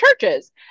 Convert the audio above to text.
churches